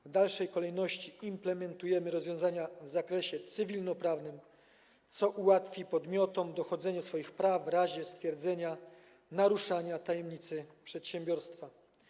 W dalszej kolejności implementujemy rozwiązania w zakresie cywilnoprawnym, co ułatwi podmiotom dochodzenie swoich praw w razie stwierdzenia naruszenia tajemnicy przedsiębiorstwa.